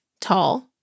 Tall